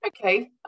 okay